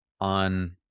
on